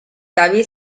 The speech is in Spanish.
david